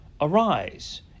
Arise